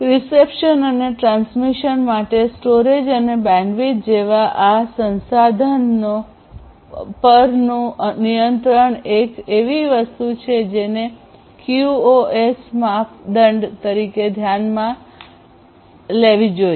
reception અને transmission માટે storage અને બેન્ડવિડ્થ જેવા આ સંસાધનો પરનું નિયંત્રણ એક એવી વસ્તુ છે જેને ક્યુઓએસ માપદંડ તરીકે ધ્યાનમાં લેવી જોઈએ